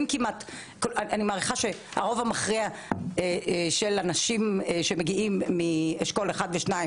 אני מעריכה שהרוב המכריע של הנשים שמגיע מאשכול אחד ושניים